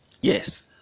Yes